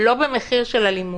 לא במחיר של אלימות.